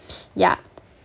yeah